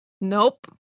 Nope